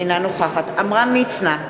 אינה נוכחת עמרם מצנע,